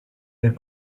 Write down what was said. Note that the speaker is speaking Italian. del